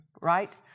right